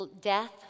death